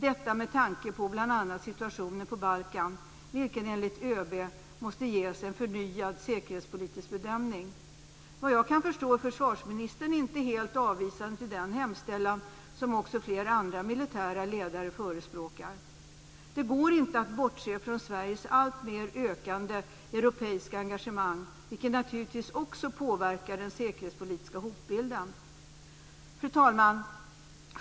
Detta med tanke på bl.a. situationen på Balkan, vilken enligt ÖB måste ges en förnyad säkerhetspolitisk bedömning. Såvitt jag kan förstå är försvarsministern inte helt avvisande till denna hemställan, som också flera andra militära ledare förespråkar. Det går inte att bortse från Sveriges alltmer ökande europeiska engagemang, vilket naturligtvis också påverkar den säkerhetspolitiska hotbilden. Fru talman!